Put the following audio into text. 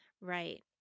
Right